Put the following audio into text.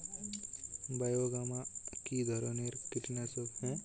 বায়োগ্রামা কিধরনের কীটনাশক?